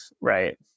right